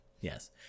Yes